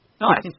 Nice